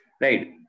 right